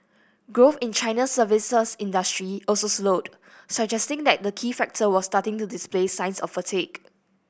growth in China's services industry also slowed suggesting that the key sector was starting to display signs of fatigue